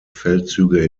feldzüge